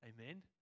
Amen